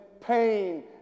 pain